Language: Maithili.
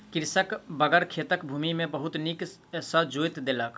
कृषकक बड़द खेतक भूमि के बहुत नीक सॅ जोईत देलक